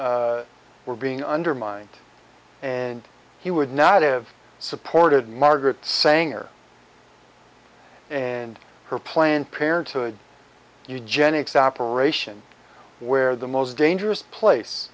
were being undermined and he would not have supported margaret sanger and her planned parenthood eugenics operation where the most dangerous place